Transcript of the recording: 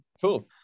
Cool